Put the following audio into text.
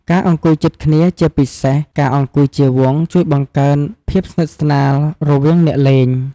ការអង្គុយជិតគ្នា ជាពិសេសការអង្គុយជាវង់ ជួយបង្កើនភាពស្និទ្ធស្នាល រវាងអ្នកលេង។